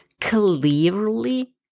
clearly